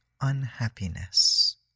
unhappiness